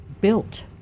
built